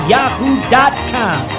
Yahoo.com